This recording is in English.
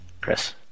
Chris